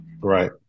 Right